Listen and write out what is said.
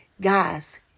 guys